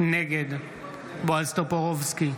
נגד בועז טופורובסקי,